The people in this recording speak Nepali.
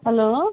हेलो